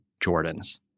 Jordans